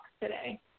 today